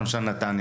נתניה.